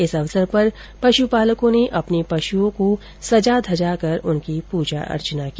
इस अवसर पर पशुपालकों ने अपने पशुओं को सजाधेजा कर उनकी पूजा अर्चना की